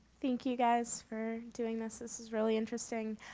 thank you guys for doing this. this is really interesting.